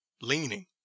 leaning